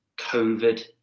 COVID